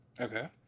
Okay